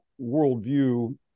worldview